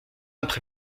après